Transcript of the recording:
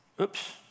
Oops